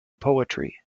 poetry